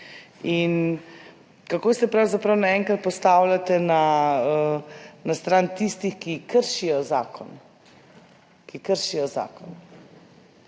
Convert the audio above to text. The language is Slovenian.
in kako se pravzaprav naenkrat postavljate na stran tistih, ki kršijo zakon,